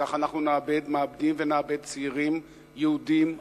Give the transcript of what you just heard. וכך אנחנו מאבדים ונאבד צעירים יהודים,